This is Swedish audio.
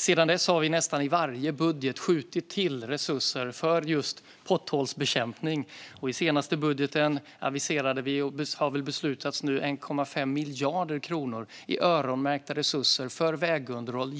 Sedan dess har vi i nästan varje budget skjutit till resurser för potthålsbekämpning. I den senaste budgeten aviserade vi - och det har nog fattats beslut om nu - 1,5 miljarder i öronmärkta resurser för vägunderhåll